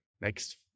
next